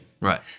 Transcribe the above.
Right